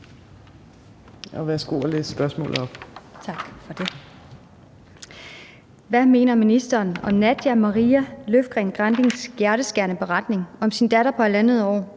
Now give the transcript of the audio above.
Hvad mener ministeren om Nadia Maria Løfgren-Grandings hjerteskærende beretning om sin datter på halvandet år,